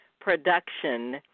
production